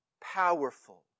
powerful